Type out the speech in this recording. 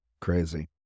Crazy